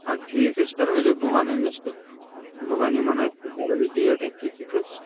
اَدٕ ٹھیٖکَے چھُ تیٚلہِ ؤلِو بہٕ وَنہٕ أمِس تہٕ بہٕ وَنہٕ یِمَن اَتہِ تہٕ کرو أسۍ ڈیٹ أتھٕے فِکٕس